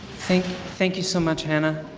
thank thank you so much hanne. ah